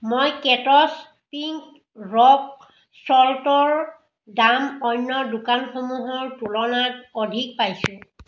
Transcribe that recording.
মই কেট্ছ pink rock ছল্টৰ দাম অন্য দোকানসমূহৰ তুলনাত অধিক পাইছোঁ